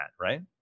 right